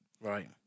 right